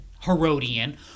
Herodian